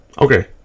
Okay